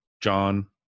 John